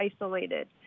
isolated